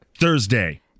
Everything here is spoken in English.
Thursday